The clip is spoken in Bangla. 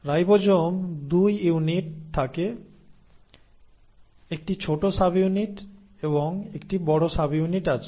রাইবোজোমে 2 ইউনিট থাকে একটি ছোট সাবইউনিট এবং একটি বড় সাবইউনিট আছে